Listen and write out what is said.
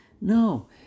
No